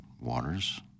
waters